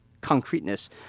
concreteness